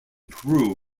peru